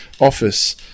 Office